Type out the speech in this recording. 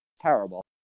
Terrible